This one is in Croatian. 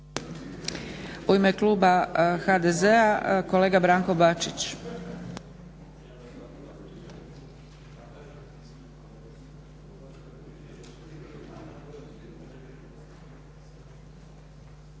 U ime kluba HDZ-a kolega Branko Bačić.